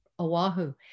oahu